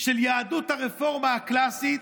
של יהדות הרפורמה הקלאסית,